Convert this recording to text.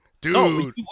dude